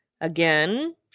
Again